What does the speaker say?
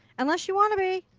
unless you want to be.